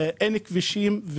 אין כבישים,